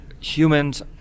Humans